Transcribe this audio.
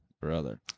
Brother